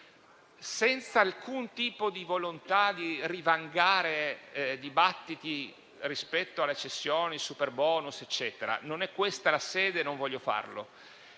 Senza alcun tipo di volontà di rivangare dibattiti rispetto alle cessioni, al superbonus e quant'altro - non è questa la sede e non voglio farlo